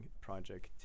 project